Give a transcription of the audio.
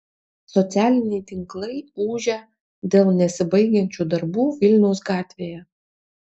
socialiniai tinklai ūžia dėl nesibaigiančių darbų vilniaus gatvėje